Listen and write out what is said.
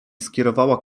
skierowała